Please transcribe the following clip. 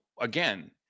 again